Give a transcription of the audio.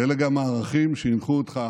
אלה גם הערכים שהנחו אותם